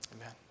Amen